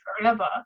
forever